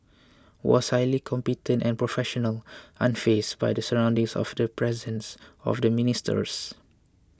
was highly competent and professional unfazed by the surroundings or the presence of the ministers